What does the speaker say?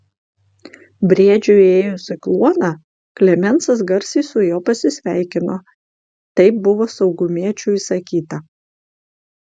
briedžiui įėjus į kluoną klemensas garsiai su juo pasisveikino taip buvo saugumiečių įsakyta